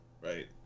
right